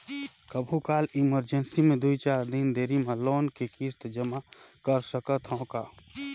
कभू काल इमरजेंसी मे दुई चार दिन देरी मे लोन के किस्त जमा कर सकत हवं का?